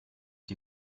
die